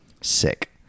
Sick